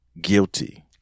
guilty